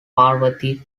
parvati